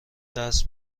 درس